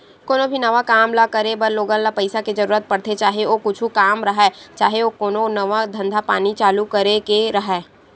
कोनो भी नवा काम ल करे बर लोगन ल पइसा के जरुरत पड़थे, चाहे ओ कुछु काम राहय, चाहे ओ कोनो नवा धंधा पानी चालू करे के राहय